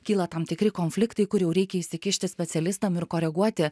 kyla tam tikri konfliktai kur jau reikia įsikišti specialistam ir koreguoti